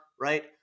right